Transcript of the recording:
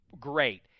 great